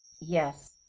Yes